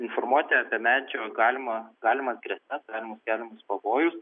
informuoti apie medžio galimą galimas grėsmes galimus keliamus pavojus